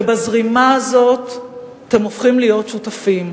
ובזרימה הזאת אתם הופכים להיות שותפים,